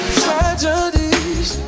tragedies